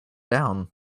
down